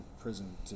prison